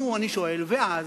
נו, אני שואל, ואז?